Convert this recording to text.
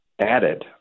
added